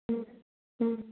ꯎꯝ ꯎꯝ